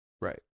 Right